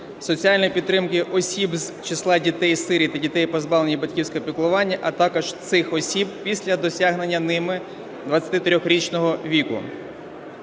соціальної підтримки осіб з числа дітей-сиріт та дітей, позбавлених батьківського піклування, а також цих осіб після досягнення ними 23-річного віку.